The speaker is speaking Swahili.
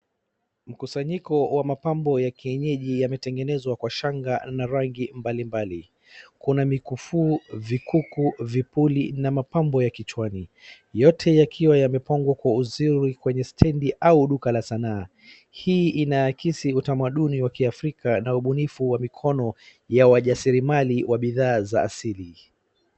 Mkusanyiko wa mapambo ya kienyeji yametengezwa kwa shanga na rangi mbalimbali. Kuna mikufuu ,vikuku, vipuli na mapambo ya kichwani. Yote yakiwa yamepangwa kwa uziri kwenye stedi au duka la sanaa. Hii inaikisi utamaduni wa Kiafrika na ubunifu wa mikono ya wajasirimali wa midhaa za siri.